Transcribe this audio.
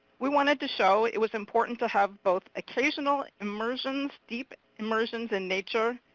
we wanted to show it was important to have both occasional immersions, deep immersions in nature,